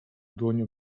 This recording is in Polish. dłonią